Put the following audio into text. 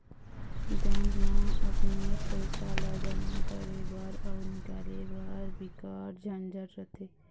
bank म अपनेच पइसा ल जमा करे बर अउ निकाले बर बिकट झंझट रथे